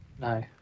No